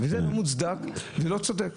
זה לא מוצדק ולא צודק.